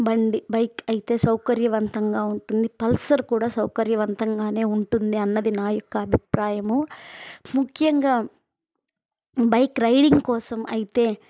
బండి బైక్ అయితే సౌకర్యవంతంగా ఉంటుంది పల్సర్ కూడా సౌకర్యవంతంగానే ఉంటుంది అన్నది నా యొక్క అభిప్రాయం ముఖ్యంగా బైక్ రైడింగ్ కోసం అయితే